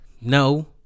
no